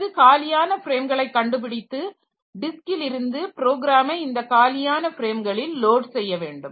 பிறகு காலியான ஃப்ரேம்களை கண்டுபிடித்து டிஸ்க்கில் இருந்து புரோகிராமை இந்த காலியான ஃப்ரேம்களில் லோடு செய்ய வேண்டும்